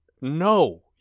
No